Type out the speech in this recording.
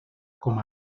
com